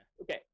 Okay